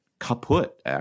kaput